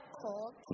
cold